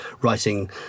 writing